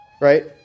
Right